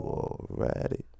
already